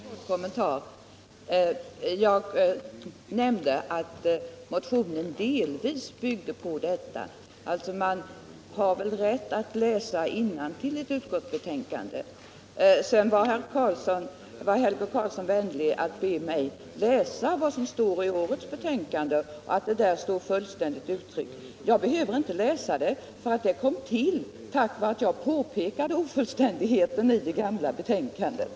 Herr talman! Jag vill lämna en kort kommentar. Jag nämnde att motionen delvis byggde på utskottets skrivning. Man har väl rätt att läsa innantill i ett utskottsbetänkande? Helge Karlsson var sedan vänlig nog att be mig läsa vad som står i årets betänkande där det är fullständigt uttryckt. Jag behöver inte läsa det, då det kom till tack vare att jag påpekade ofullständigheten i det gamla betänkandet.